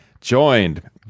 joined